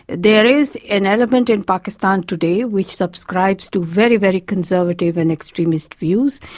there is an element in pakistan today which subscribes to very, very conservative and extremist views.